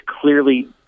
clearly